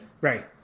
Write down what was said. Right